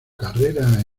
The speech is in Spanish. carrera